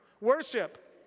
Worship